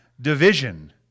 Division